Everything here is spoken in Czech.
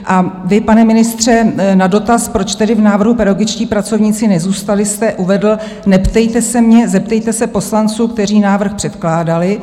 A vy, pane ministře, na dotaz, proč tedy v návrhu pedagogičtí pracovníci nezůstali, jste uvedl: Neptejte se mě, zeptejte se poslanců, kteří návrh předkládali.